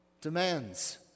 demands